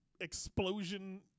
explosion